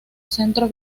centro